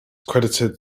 credited